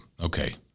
okay